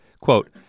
Quote